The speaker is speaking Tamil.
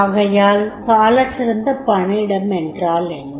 ஆகையால் சாலச்சிறந்த பணியிடம் என்றால் என்ன